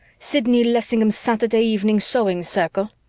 sidney lessingham's saturday evening sewing circle?